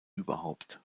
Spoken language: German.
überhaupt